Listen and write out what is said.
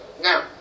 Now